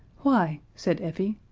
why, said effie,